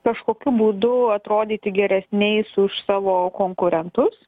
kažkokiu būdu atrodyti geresniais už savo konkurentus